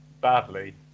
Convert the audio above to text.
badly